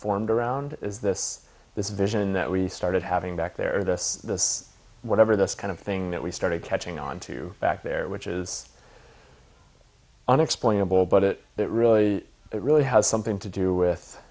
formed around is this this vision that we started having back there or this this whatever this kind of thing that we started catching on to you back there which is unexplainable but it really really has something to do with